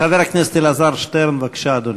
חבר הכנסת אלעזר שטרן, בבקשה, אדוני.